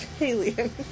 Alien